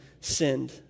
sinned